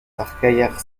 carrière